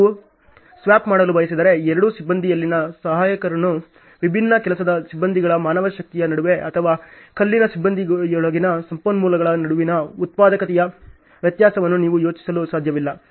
ನೀವು ಸ್ವ್ಯಾಪ್ ಮಾಡಲು ಬಯಸಿದರೆ ಎರಡೂ ಸಿಬ್ಬಂದಿಯಲ್ಲಿನ ಸಹಾಯಕರು ವಿಭಿನ್ನ ಕೆಲಸದ ಸಿಬ್ಬಂದಿಗಳ ಮಾನವಶಕ್ತಿಯ ನಡುವೆ ಅಥವಾ ಕಲ್ಲಿನ ಸಿಬ್ಬಂದಿಯೊಳಗಿನ ಸಂಪನ್ಮೂಲಗಳ ನಡುವಿನ ಉತ್ಪಾದಕತೆಯ ವ್ಯತ್ಯಾಸವನ್ನು ನೀವು ಯೋಚಿಸಲು ಸಾಧ್ಯವಿಲ್ಲ